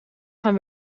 gaan